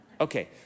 Okay